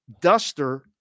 duster